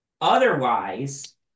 Otherwise